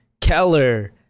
Keller